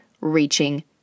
reaching